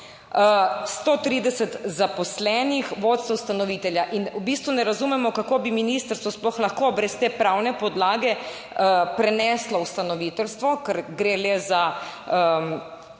130 zaposlenih, vodstvo ustanovitelja. In v bistvu ne razumemo, kako bi ministrstvo sploh lahko brez te pravne podlage preneslo ustanoviteljstvo, ker gre le za,